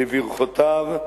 לברכותיו,